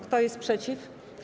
Kto jest przeciw?